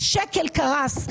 השקל קרס,